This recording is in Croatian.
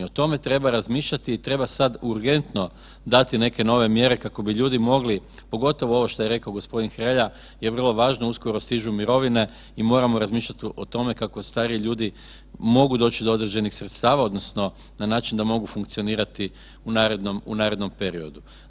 O tome treba razmišljati i treba sada urgentno dati neke nove mjere kako bi ljudi mogli, pogotovo ovo što je rekao gospodin Hrelja je vrlo važno, uskoro stižu mirovine i moramo razmišljati o tome kako stariji ljudi mogu doći do određenih sredstava odnosno na način da mogu funkcionirati u narednom periodu.